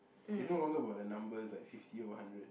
it's no longer like about the numbers like fifty over hundred